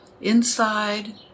inside